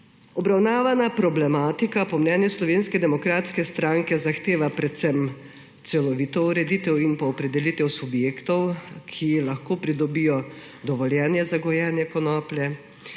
Obravnavana problematika po mnenju Slovenske demokratske stranke zahteva predvsem celovito ureditev in pa opredelitev subjektov, ki lahko pridobijo dovoljenje za gojenje konoplje,